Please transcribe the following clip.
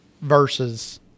verses